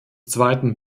zweiten